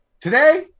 today